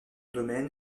domaine